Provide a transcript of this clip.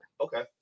Okay